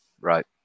right